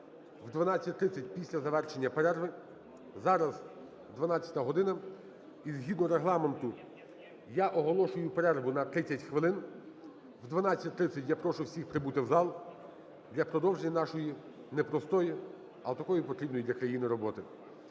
о 12:30 після завершення перерви. Зараз 12 година, і згідно Регламенту я оголошую перерву на 30 хвилин. О 12:30 я прошу всіх прибути в зал для продовження нашої не простої, але такої потрібної для країни роботи.